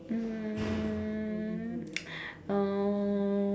um um